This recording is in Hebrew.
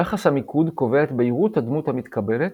יחס המיקוד קובע את בהירות הדמות המתקבלת,